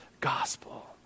gospel